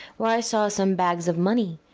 where i saw some bags of money,